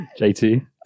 jt